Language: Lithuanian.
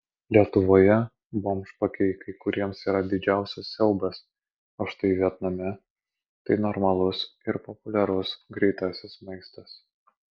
lietuvoje bomžpakiai kai kuriems yra didžiausias siaubas o štai vietname tai normalus ir populiarus greitasis maistas